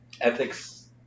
ethics